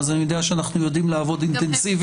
אז אני יודע שאנחנו יודעים לעבוד אינטנסיבית,